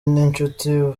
n’inshuti